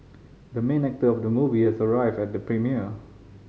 the main actor of the movie has arrived at the premiere